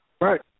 right